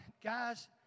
Guys